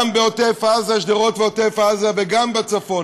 גם בשדרות ובעוטף עזה וגם בצפון.